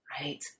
Right